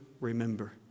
remember